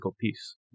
piece